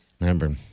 Remember